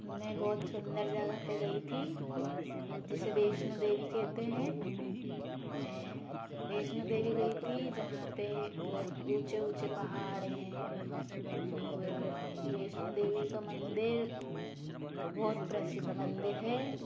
मैं बहुत सुन्दर जगह पर गई थी जिसे वैष्णो देवी कहते हैं मैं वैष्णो देवी गई थी जहाँ पर बहुत ऊँचे ऊँचे पहाड़ हैं और वैष्णो देवी का मंदिर बहुत प्रसिद्ध मंदिर है